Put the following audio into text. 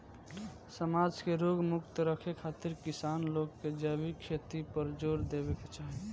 समाज के रोग मुक्त रखे खातिर किसान लोग के जैविक खेती पर जोर देवे के चाही